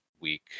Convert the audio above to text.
week